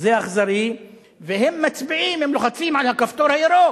זה אכזרי, והם לוחצים על הכפתור הירוק.